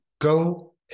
go